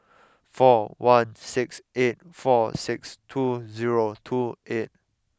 four one six eight four six two zero two eight